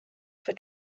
for